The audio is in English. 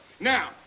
Now